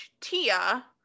Tia